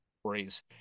Stories